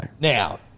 Now